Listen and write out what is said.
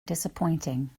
disappointing